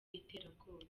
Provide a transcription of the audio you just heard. iterabwoba